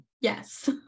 Yes